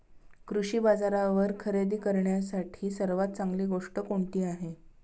कृषी बाजारावर खरेदी करण्यासाठी सर्वात चांगली गोष्ट कोणती आहे?